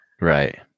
right